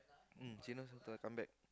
mm she knows come back